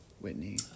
Whitney